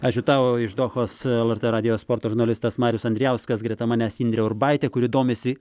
ačiū tau iš dohos lrt radijo sporto žurnalistas marius andrijauskas greta manęs indrė urbaitė kuri domisi